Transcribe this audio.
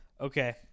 Okay